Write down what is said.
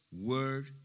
word